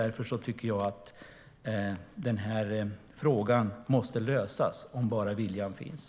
Därför måste frågan lösas - om bara viljan finns.